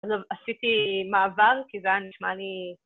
עכשיו, עשיתי מעבר, כי זה היה נשמע לי.